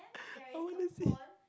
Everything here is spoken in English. I want to see